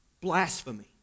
Blasphemy